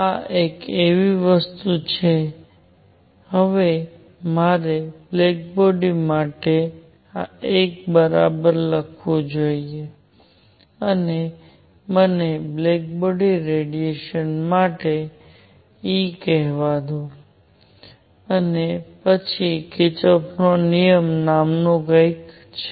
આ એક એવી વસ્તુ છે હવે મારે બ્લેક બોડી માટે આ 1 બરાબર લખવું જોઈએ અને મને બ્લેક બોડી માટે આ E કહેવા દો અને પછી કિર્ચોફનો નિયમKirchhoff's rule નામનું કંઈક છે